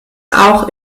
auch